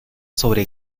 sobre